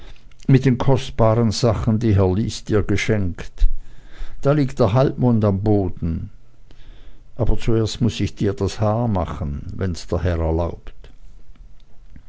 mit den kostbaren sachen die herr lys dir geschenkt da liegt der halbmond am boden aber zuerst muß ich dir das haar machen wenn's der herr erlaubt